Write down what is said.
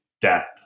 death